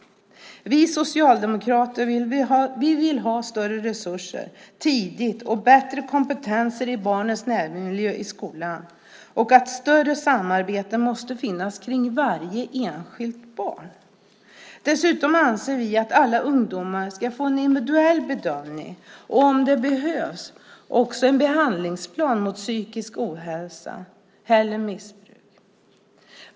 Vi socialdemokrater vill ha större resurser tidigt och bättre kompetenser i barnens närmiljö i skolan. Mer samarbete måste finnas kring varje enskilt barn. Dessutom anser vi att alla ungdomar ska få en individuell bedömning och om det behövs också en behandlingsplan mot psykisk ohälsa eller missbruk.